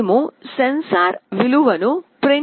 మేము సెన్సార్ విలువను ప్రింట్ చేస్తాము